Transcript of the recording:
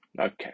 Okay